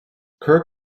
cur